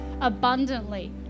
abundantly